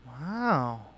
Wow